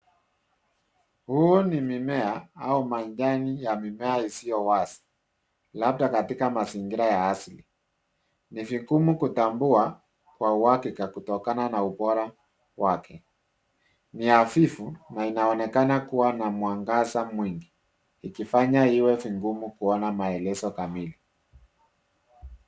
Huu ni mimea au majani ya mimea isiyo wazi, labda katika mazingira ya asili . Ni vigumu kutambua kwa uhakika kutokana na ubora wake. Ni hafifu na inaonekana kuwa na mwangaza mwingi ikifanya iwe vigumu kuona maelezo kamili.